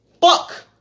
Fuck